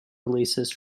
releases